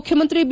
ಮುಖ್ಯಮಂತ್ರಿ ಬಿ